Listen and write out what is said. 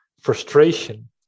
frustration